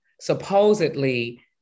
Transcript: supposedly